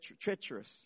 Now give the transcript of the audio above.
treacherous